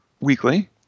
weekly